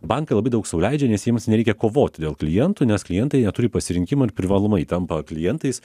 bankai labai daug sau leidžia nes jiems nereikia kovoti dėl klientų nes klientai neturi pasirinkimo privalomai tampa klientais